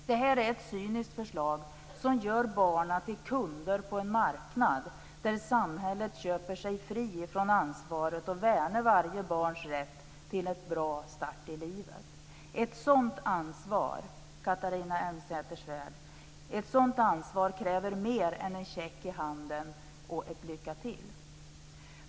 Det här är ett cyniskt förslag som gör barnen till kunder på en marknad där samhället köper sig fri från ansvaret att värna varje barns rätt till en bra start i livet. Ett sådant ansvar, Catharina Elmsäter-Svärd, kräver mer än en check i handen och ett "lycka till".